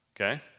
Okay